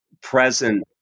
present